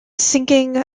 sinking